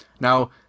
Now